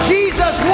Jesus